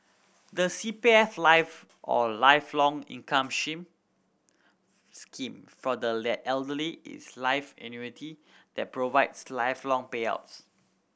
the C P F Life or Lifelong Income Shame Scheme for the Elderly is a life annuity that provides lifelong payouts